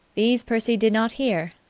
these percy did not hear,